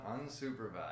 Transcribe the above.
unsupervised